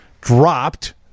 dropped